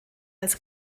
als